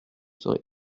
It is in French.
serait